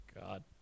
God